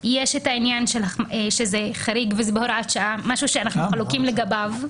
יש את העניין שזה חריג וזה בהוראת שעה משהו שאנחנו חלוקים לגביו.